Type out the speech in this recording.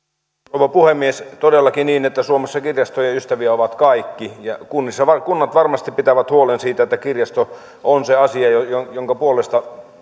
rouva puhemies on todellakin niin että suomessa kirjastojen ystäviä ovat kaikki ja kunnat varmasti pitävät huolen siitä että kirjasto on se asia jonka jonka puolesta